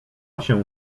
się